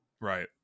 right